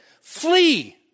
flee